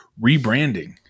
rebranding